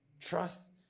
Trust